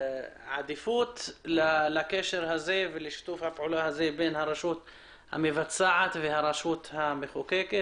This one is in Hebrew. לקשר ולשיתוף הפעולה בין הרשות המבצעת והרשות המחוקקת.